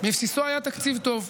בבסיסו היה תקציב טוב.